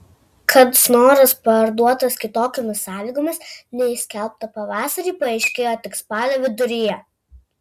kad snoras parduotas kitokiomis sąlygomis nei skelbta pavasarį paaiškėjo tik spalio viduryje